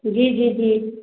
जी जी जी